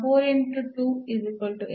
ನಾವು ಅನ್ನು ಹೊಂದಿದ್ದೇವೆ